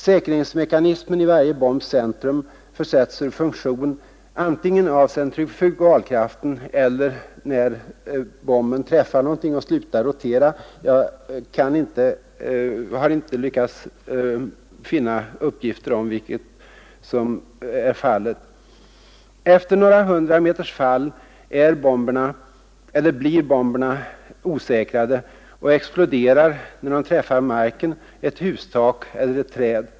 Säkringsmekanismen i varje bombs centrum försätts ur funktion antingen av centrifugalkraften eller när bomben träffar någonting och slutar rotera — jag har inte lyckats finna uppgifter om vilketdera som är fallet. Efter några hundra meters fall blir bomberna osäkrade och exploderar när de träffar marken, ett hustak eller ett träd.